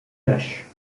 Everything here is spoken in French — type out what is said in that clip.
lâche